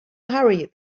hurry